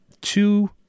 Two